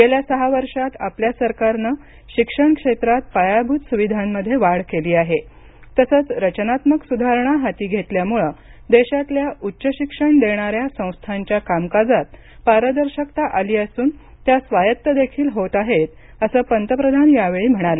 गेल्या सहा वर्षात आपल्या सरकारनं शिक्षण क्षेत्रात पायाभूत सुविधांमध्ये वाढ केली आहे तसंच रचनात्मक सुधारणा हाती घेतल्यामुळे देशातल्या उच्च शिक्षण देणाऱ्या संस्थाच्या कामकाजात पारदर्शकता आली असून त्या स्वायत्तदेखील होत आहेत असं पंतप्रधान यावेळी म्हणाले